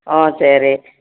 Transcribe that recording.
ஓ சரி